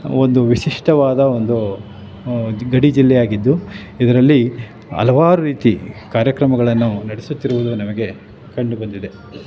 ಒಂದು ವಿಶಿಷ್ಟವಾದ ಒಂದು ಗಡಿಜಿಲ್ಲೆಯಾಗಿದ್ದು ಇದರಲ್ಲಿ ಹಲವಾರು ರೀತಿ ಕಾರ್ಯಕ್ರಮಗಳನ್ನು ನಡೆಸುತ್ತಿರುವುದು ನಮಗೆ ಕಂಡುಬಂದಿದೆ